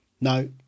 No